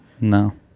No